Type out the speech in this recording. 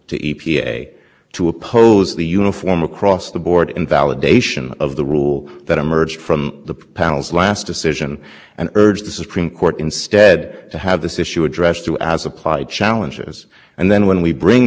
begins by saying that e p a s use of quote uniform cost thresholds ellipsis thus left open the possibility that an individual state would be required to reduce more than necessary for attain